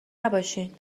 نباشین